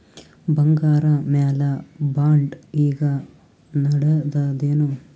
ಬಂಗಾರ ಮ್ಯಾಲ ಬಾಂಡ್ ಈಗ ನಡದದೇನು?